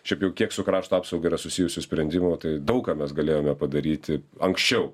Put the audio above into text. šiaip jau kiek su krašto apsauga yra susijusių sprendimų tai daug ką mes galėjome padaryti anksčiau